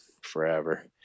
forever